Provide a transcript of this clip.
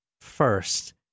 first